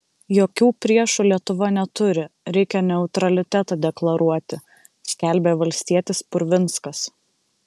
jokių priešų lietuva neturi reikia neutralitetą deklaruoti skelbė valstietis purvinskas